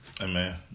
Amen